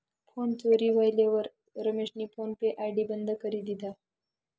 phone चोरी व्हयेलवर रमेशनी फोन पे आय.डी बंद करी दिधा